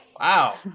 Wow